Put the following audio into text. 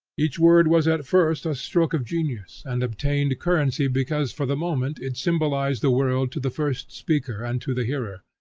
each word was at first a stroke of genius, and obtained currency because for the moment it symbolized the world to the first speaker and to the hearer.